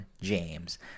james